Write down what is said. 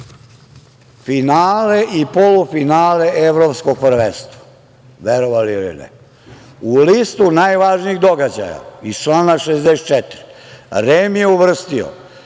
finale i polufinale Evropskog prvenstva, verovali ili ne. U listu najvažnijih događaja iz člana 64. REM je uvrstio